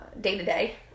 day-to-day